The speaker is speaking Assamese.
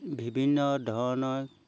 বিভিন্ন ধৰণৰ